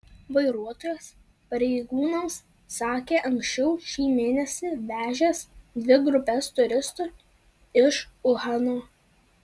vairuotojas pareigūnams sakė anksčiau šį mėnesį vežęs dvi grupes turistų iš uhano